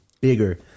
bigger